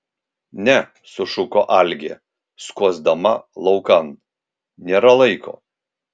ne sušuko algė skuosdama laukan nėra laiko